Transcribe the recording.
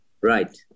Right